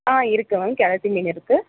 ஆ இருக்குது மேம் கெளுத்தி மீன் இருக்குது